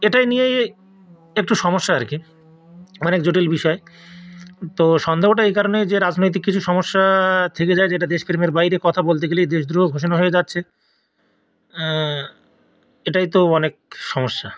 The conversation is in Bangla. এটাই নিয়েই একটু সমস্যা আর কি অনেক জটিল বিষয় তো সন্দেহটা এই কারণে যে রাজনৈতিক কিছু সমস্যা থেকে যায় যেটা দেশপ্রেমের বাইরে কথা বলতে গেলেই দেশদ্রোহ ঘোষণা হয়ে যাচ্ছে এটাই তো অনেক সমস্যা